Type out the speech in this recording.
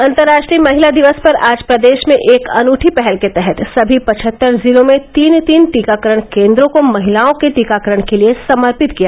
अन्तर्राष्ट्रीय महिला दिवस पर आज प्रदेश में एक अनुठी पहल के तहत सभी पचहत्तर जिलों में तीन तीन टीकाकरण केंद्रों को महिलाओं के टीकाकरण के लिए समर्पित किया गया है